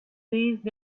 please